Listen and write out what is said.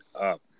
up